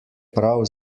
prav